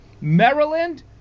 Maryland